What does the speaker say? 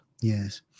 Yes